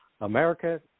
America